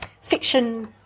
fiction